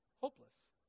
hopeless